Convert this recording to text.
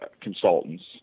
consultants